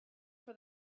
for